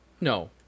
No